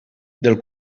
del